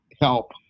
help